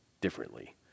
differently